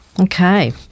Okay